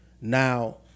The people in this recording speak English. Now